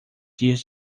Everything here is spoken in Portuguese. dias